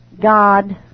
God